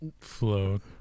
float